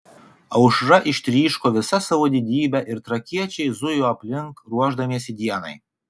aušra ištryško visa savo didybe ir trakiečiai zujo aplink ruošdamiesi dienai